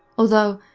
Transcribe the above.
although,